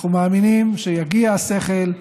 אנחנו מאמינים שיגיע השכל,